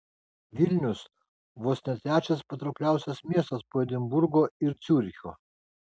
vilnius vos ne trečias patraukliausias miestas po edinburgo ir ciuricho